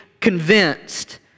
convinced